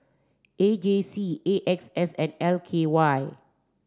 A J C A X S and L K Y